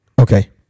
okay